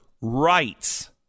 rights